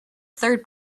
third